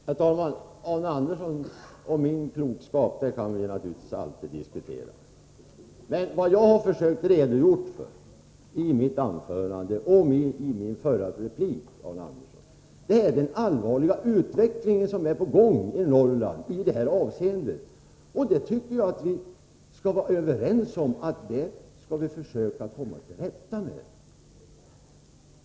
Herr talman! Man kan naturligtvis alltid diskutera Arne Anderssons i Ljung och min klokskap. Men vad jag har försökt att redogöra för i mitt anförande och i min förra replik, Arne Andersson, är den allvarliga utveckling som pågår i Norrland i detta avseende. Jag tycker att vi bör kunna vara överens om att vi skall försöka komma till rätta med den.